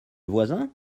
voisin